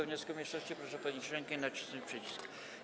wniosku mniejszości, proszę podnieść rękę i nacisnąć przycisk.